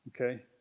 Okay